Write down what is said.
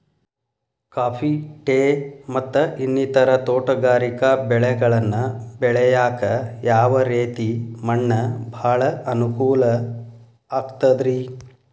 Coffee, tea, ಮತ್ತ ಇನ್ನಿತರ ತೋಟಗಾರಿಕಾ ಬೆಳೆಗಳನ್ನ ಬೆಳೆಯಾಕ ಯಾವ ರೇತಿ ಮಣ್ಣ ಭಾಳ ಅನುಕೂಲ ಆಕ್ತದ್ರಿ?